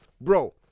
Bro